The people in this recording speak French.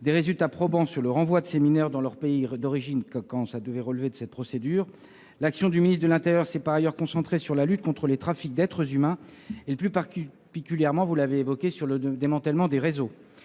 des résultats probants en matière de renvoi de ces mineurs dans leur pays d'origine quand un tel retour relevait de la procédure. L'action du ministre de l'intérieur s'est par ailleurs concentrée sur la lutte contre les trafics d'êtres humains, plus particulièrement sur le démantèlement des réseaux.